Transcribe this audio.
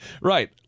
Right